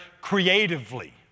creatively